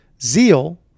zeal